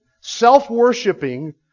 self-worshipping